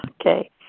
Okay